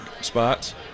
spots